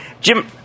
Jim